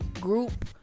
group